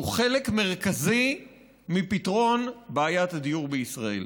הוא חלק מרכזי מפתרון בעיית הדיור בישראל.